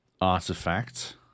artifact